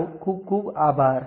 તમારો ખુબ ખુબ આભાર